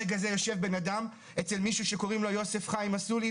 ברגע זה יושב בנאדם אצל מישהו שקוראים לו יוסף חיים אסולין